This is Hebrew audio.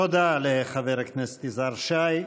תודה לחבר כנסת יזהר שי.